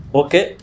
okay